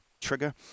trigger